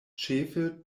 ĉefe